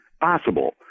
possible